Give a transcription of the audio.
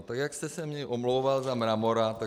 Tak jak jste se mně omlouval za Mramora, tak